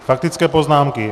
Faktické poznámky.